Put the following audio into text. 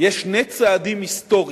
יש שני צעדים היסטוריים,